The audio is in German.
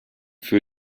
für